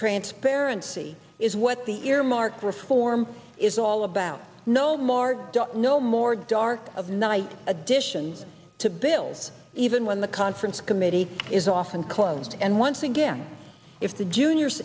transparency is what the earmark reform is all about no more don't no more dark of night edition to bills even when the conference committee is often closed and once again if the juniors